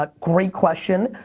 ah great question.